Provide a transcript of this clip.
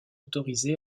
autorisés